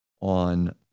on